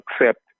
accept